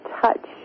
touch